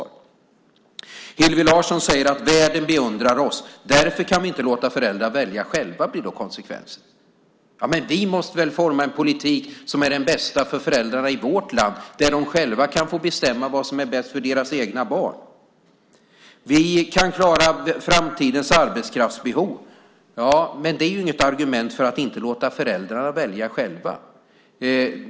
För det fjärde säger Hillevi Larsson att världen beundrar oss. Därför kan vi inte låta föräldrar välja själva, blir då konsekvensen. Men vi måste väl forma en politik som är den bästa för föräldrarna i vårt land, där de själva kan få bestämma vad som är bäst för deras egna barn. Vi kan klara framtidens arbetskraftsbehov. Men det är ju inget argument för att inte låta föräldrarna välja själva.